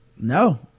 No